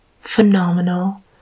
phenomenal